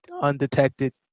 undetected